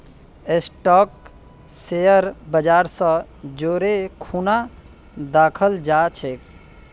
stock share बाजर स जोरे खूना दखाल जा छेक